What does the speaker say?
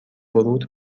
ورود